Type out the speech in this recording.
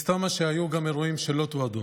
מסתמא שהיו גם אירועים שלא תועדו.